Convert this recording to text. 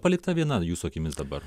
palikta viena jūsų akimis dabar